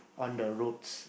on the roads